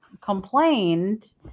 complained